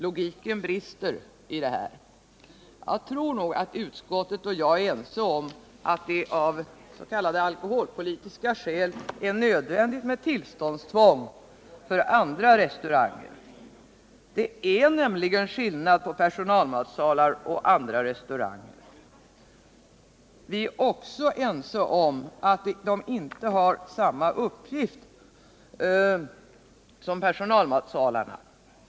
Logiken brister i det här. Jag tror att utskottet och jag är ense om att det av s.k. alkoholpolitiska skäl är nödvändigt med tillståndstvång för andra restauranger. Det är nämligen skillnad mellan personalmatsalar och andra restauranger. Vi är också ense om att de inte har samma uppgift som personalmatsalarna.